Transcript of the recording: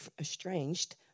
estranged